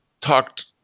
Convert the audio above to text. talked